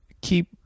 keep